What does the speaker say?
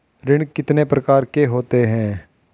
ऋण कितने प्रकार के होते हैं?